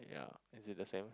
ya is it the same